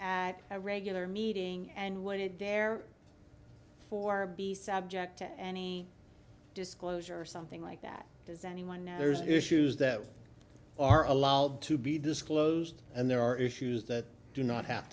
at a regular meeting and what it there for be subject to any disclosure something like that does anyone know there's issues that are allowed to be disclosed and there are issues that do not have